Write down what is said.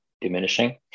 diminishing